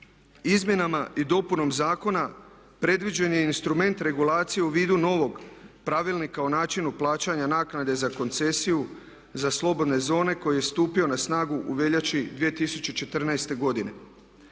izmjenama i dopunom zakona predviđen je i instrument regulacije u vidu novog Pravilnika o načinu plaćanja naknade za koncesiju za slobodne zone koji je stupio na snagu u veljači 2014. godine.